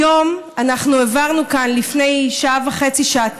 היום העברנו כאן, לפני שעה וחצי-שעתיים,